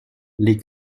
les